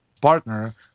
partner